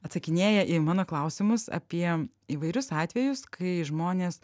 atsakinėja į mano klausimus apie įvairius atvejus kai žmonės